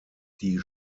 die